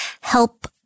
help